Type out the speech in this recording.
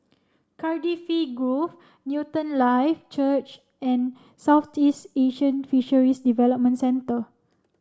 Cardifi Grove Newton Life Church and Southeast Asian Fisheries Development Centre